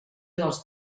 dels